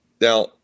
Now